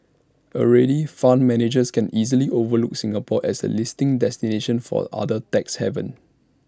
already fund managers can easily overlook Singapore as A listing destination for other tax havens